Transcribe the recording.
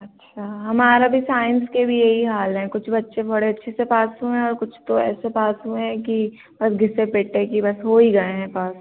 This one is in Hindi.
अच्छा हमारा भी साइंस का भी यही हाल है कुछ बच्चे बड़े अच्छे से पास हुए हैं और कुछ तो ऐसे पास हुए हैं कि बस घिसे पिटे कि बस हो ही गए हैं पास